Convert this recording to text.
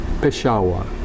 Peshawar